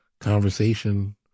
conversation